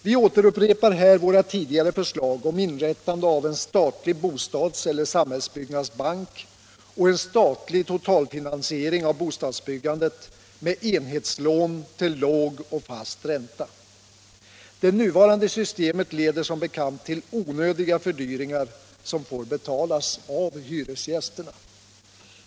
Vi upprepar här vårt tidigare förslag om inrättande av en statlig bostadseller samhällsbyggnadsbank och en statlig totalfinansiering av bostads byggandet med enhetslån till låg och fast ränta. Det nuvarande systemet leder som bekant till onödiga fördyringar som får betalas av hyresgästerna.